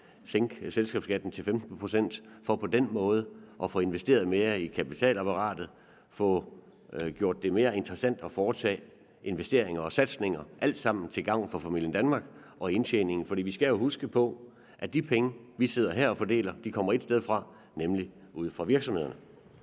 sænke selskabsskatten til 15 pct. for på den måde at få investeret mere i kapitalapparatet og få gjort det mere interessant at foretage investeringer og turde tage satsninger. Alt sammen til gavn for familien Danmark og indtjeningen. For vi skal jo huske på, at de penge, som vi her sidder og fordeler, kommer et sted fra, nemlig ude fra virksomhederne.